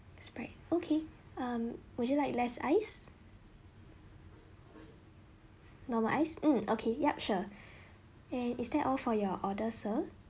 Sprite okay um would you like less ice normal ice mm okay yup sure and is that all for your order sir